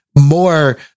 more